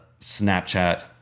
Snapchat